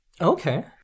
Okay